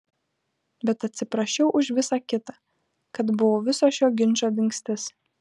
bet atsiprašiau už visa kita kad buvau viso šio ginčo dingstis